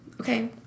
Okay